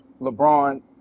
LeBron